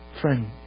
Friend